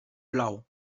plou